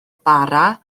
bara